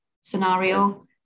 scenario